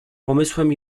pomysłem